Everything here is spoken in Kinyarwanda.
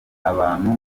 abantu